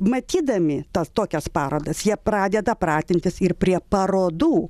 matydami tas tokias parodas jie pradeda pratintis ir prie parodų